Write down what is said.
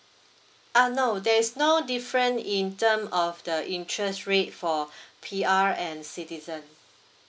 uh no there's no different in term of the interest rate for P_R and citizen